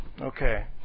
okay